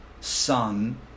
Son